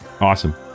Awesome